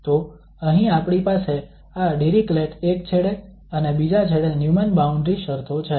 તો અહીં આપણી પાસે આ ડિરીક્લેટ એક છેડે અને બીજા છેડે ન્યુમેન બાઉન્ડ્રી શરતો છે